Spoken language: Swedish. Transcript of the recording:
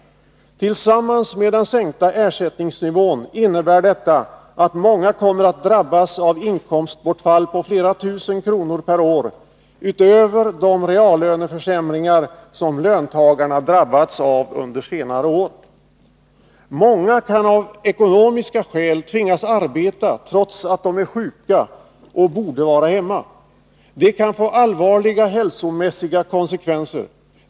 Tillsammans med den sänkta ersättningsnivån innebär detta att många kommer att drabbas av inkomstbortfall på flera tusen kronor per år — utöver de reallöneförsämringar som löntagarna drabbats av under senare år. Många kan av ekonomiska skäl tvingas arbeta trots att de är sjuka och borde vara hemma. Det kan få allvarliga hälsomässiga konsekvenser.